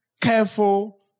careful